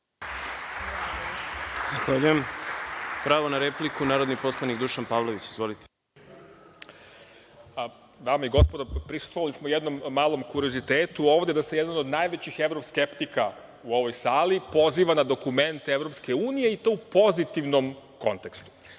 Zahvaljujem. Pravo na repliku, narodni poslanik Dušan Pavlović. Izvolite. **Dušan Pavlović** Dame i gospodo, prisustvovali smo jednom malom kuriozitetu ovde da se jedan od najvećih evroskeptika u ovoj sali poziva na dokument EU, i to u pozitivnom kontekstu.